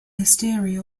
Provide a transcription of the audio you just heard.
hysteria